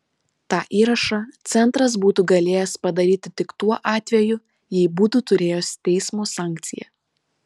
tą įrašą centras būtų galėjęs padaryti tik tuo atveju jei būtų turėjęs teismo sankciją